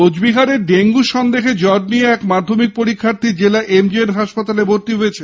কোচবিহারে ডেঙ্গু সন্দেহে জ্বর নিয়ে এক মাধ্যমিক পরীক্ষার্থী জেলা এমজেএন হাসপাতালে ভর্তি হয়েছে